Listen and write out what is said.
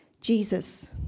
Jesus